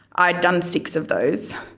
i'd done six of those.